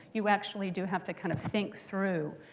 you actually do have to kind of think through